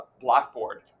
blackboard